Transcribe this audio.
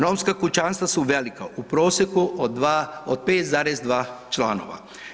Romska kućanstva su velika, u prosjeku od 5,2 člana.